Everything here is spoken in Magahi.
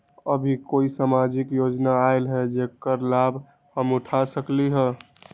अभी कोई सामाजिक योजना आयल है जेकर लाभ हम उठा सकली ह?